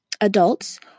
Adults